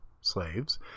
slaves